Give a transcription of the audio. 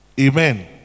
amen